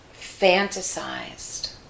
fantasized